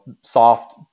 soft